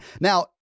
Now